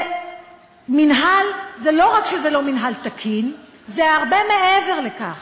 לא רק שזה לא מינהל תקין, זה הרבה מעבר לכך.